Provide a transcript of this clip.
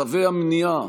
צווי המניעה,